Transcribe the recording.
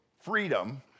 freedom